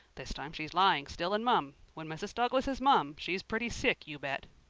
this time she's lying still and mum. when mrs. douglas is mum she is pretty sick, you bet.